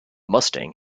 mustang